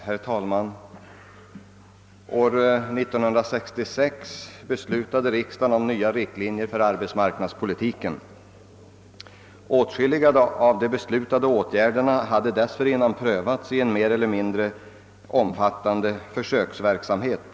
Herr talman! År 1966 beslutade riksdagen om nya riktlinjer för arbetsmarknadspolitiken. Åtskilliga av de beslutade åtgärderna hade dessförinnan prövats i en mer eller mindre omfattande försöksverksamhet.